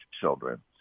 children